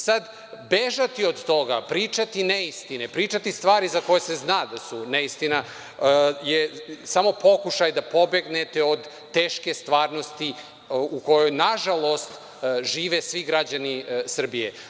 Sad, bežati od toga, pričati neistine, pričati stvari za koje se zna da su neistina, je samo pokušaj da pobegnete od teške stvarnosti u kojoj, nažalost, žive svi građani Srbije.